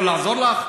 אני יכול לעזור לך?